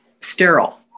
sterile